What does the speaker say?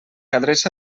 adreça